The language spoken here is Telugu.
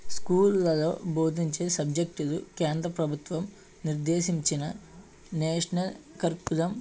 స్కూళ్లలో భోదించే సబ్జెక్టులు కేంద్ర ప్రభుత్వం నిర్దేశించిన నేషనల్ కరికులం